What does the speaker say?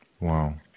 Wow